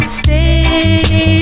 stay